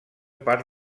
part